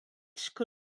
sco